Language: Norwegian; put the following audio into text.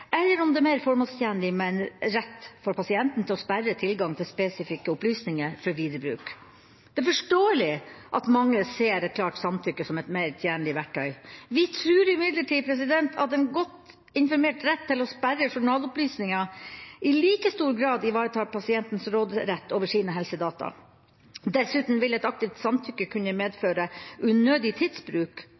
eller om det er mer formålstjenlig med en rett for pasienten til å sperre tilgang til spesifikke opplysninger for videre bruk. Det er forståelig at mange ser et klart samtykke som et mer tjenlig verktøy. Vi tror imidlertid at en godt informert rett til å sperre journalopplysninger i like stor grad ivaretar pasientens råderett over sine helsedata. Dessuten vil et aktivt samtykke kunne medføre unødig tidsbruk